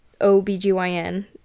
obgyn